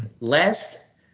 last